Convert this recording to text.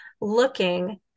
looking